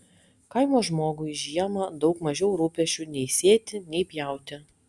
kaimo žmogui žiemą daug mažiau rūpesčių nei sėti nei pjauti